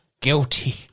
Guilty